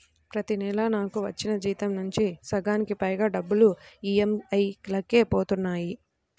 ప్రతి నెలా నాకు వచ్చిన జీతం నుంచి సగానికి పైగా డబ్బులు ఈ.ఎం.ఐ లకే పోతన్నాయి